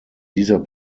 dieser